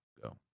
go